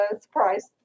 surprise